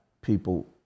people